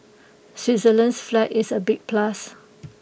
Switzerland's flag is A big plus